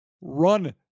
run